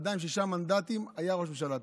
אדם עם שישה מנדטים היה ראש ממשלה.